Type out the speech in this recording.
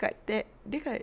kat that dia kat